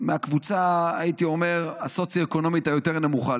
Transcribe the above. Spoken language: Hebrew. מהקבוצה הסוציו-אקונומית היותר-נמוכה,